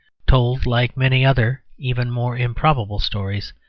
told, like many other even more improbable stories,